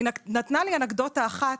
היא נתנה לי אנקדוטה אחת